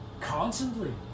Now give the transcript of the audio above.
Constantly